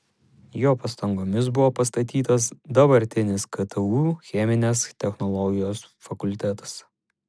jo pastangomis buvo pastatytas dabartinis ktu cheminės technologijos fakultetas